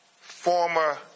former